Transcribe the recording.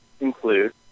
include